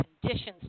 conditions